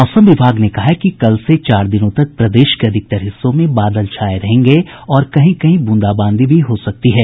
मौसम विभाग ने कहा है कि कल से चार दिनों तक प्रदेश के अधिकतर हिस्सों में बादल छाये रहेंगे और कहीं कहीं बूंदाबांदी भी हो सकती है